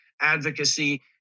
advocacy